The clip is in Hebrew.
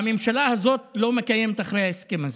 והממשלה הזאת לא מקיימת את ההסכם הזה,